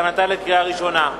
להכנתה לקריאה ראשונה.